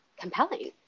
compelling